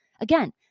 Again